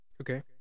Okay